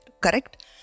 correct